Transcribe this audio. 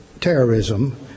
terrorism